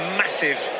massive